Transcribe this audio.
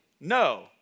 no